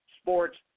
sports